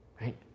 right